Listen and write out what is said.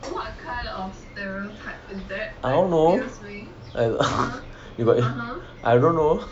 I don't know you got I don't know